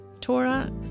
Torah